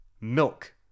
milk